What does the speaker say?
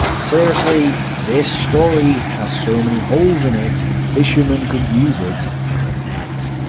seriously, this story has so many holes in it, fishermen could use it as a net.